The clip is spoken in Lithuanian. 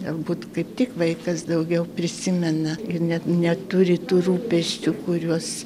galbūt kaip tik vaikas daugiau prisimena ir net neturi tų rūpesčių kuriuos